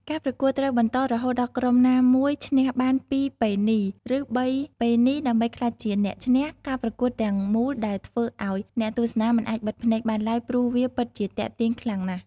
ការប្រកួតត្រូវបន្តរហូតដល់ក្រុមណាមួយឈ្នះបានពីរប៉េនី ឬ៣ប៉េនីដើម្បីក្លាយជាអ្នកឈ្នះការប្រកួតទាំងមូលដែលធ្វើឲ្យអ្នកទស្សនាមិនអាចបិទភ្នែកបានឡើយព្រោះវាពិតជាទាក់ទាញខ្លាំងណាស់។